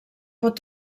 pot